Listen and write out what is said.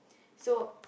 so